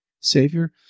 Savior